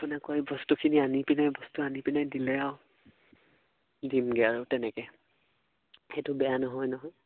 আপোনাক কৈ এই বস্তুখিনি আনি পিনে বস্তু আনি পিনে দিলে আৰু দিমগে আৰু তেনেকে সেইটো বেয়া নহয় নহয়